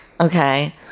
Okay